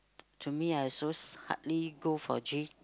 to me I also hardly go for gym